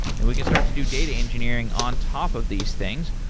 and we can start to do data engineering on top of these things.